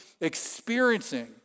experiencing